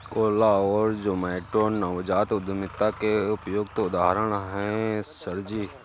ओला और जोमैटो नवजात उद्यमिता के उपयुक्त उदाहरण है सर जी